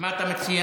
מה אתה מציע?